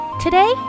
Today